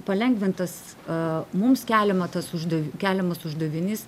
palengvintas a mums keliama tas užda keliamas uždavinys